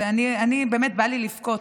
ובאמת בא לי לבכות,